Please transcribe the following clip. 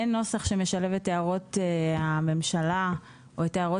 אין נוסח שמשלב את הערות הממשלה או את ההערות